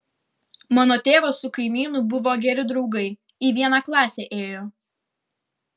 mano tėvas su kaimynu buvo geri draugai į vieną klasę ėjo